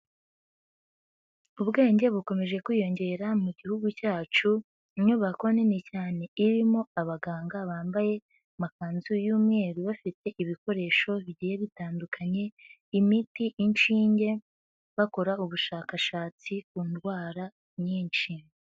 Ubwenge bukomeje kwiyongera mu Gihugu cyacu, inyubako nini cyane irimo abaganga bambaye amakanzu y'umweru bafite ibikoresho bigiye bitandukanye imiti, inshinge, bakora ubushakashatsi ku ndwara nyinshi.